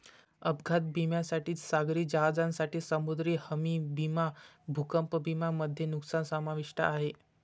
अपघात विम्यामध्ये सागरी जहाजांसाठी समुद्री हमी विमा भूकंप विमा मध्ये नुकसान समाविष्ट आहे